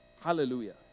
Hallelujah